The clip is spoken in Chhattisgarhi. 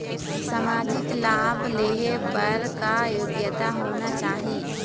सामाजिक लाभ लेहे बर का योग्यता होना चाही?